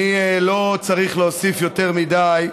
אני לא צריך להוסיף יותר מדי,